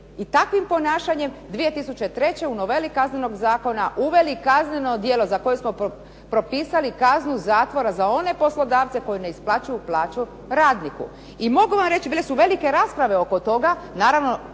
i takvim ponašanjem i 2003. u noveli Kaznenog zakona uveli kazneno djelo za koje smo propisali kaznu zatvora za one poslodavce koji ne isplaćuju plaću radniku. I mogu vam reći bile su velike rasprave oko toga, naravno